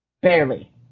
barely